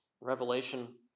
Revelation